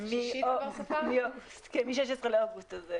מ-16 באוגוסט.